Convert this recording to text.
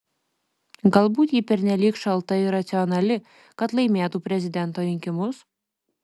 galbūt ji pernelyg šalta ir racionali kad laimėtų prezidento rinkimus